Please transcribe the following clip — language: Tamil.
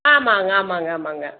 ஆமாம்ங்க ஆமாம்ங்க ஆமாம்ங்க